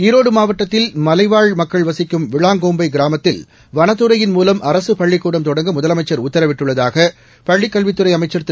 ஈரோடு மாவட்டத்தில் மலைவாழ் மக்கள் வசிக்கும் விளாங்கோம்பை கிராமத்தில் வனத்துறையின் மூலம் அரசு பள்ளிக்கூடம் தொடங்க முதலமைச்சர் உத்தரவிட்டுள்ளதாக பள்ளிக் கல்வித்துறை அமைச்சர் திரு